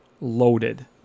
loaded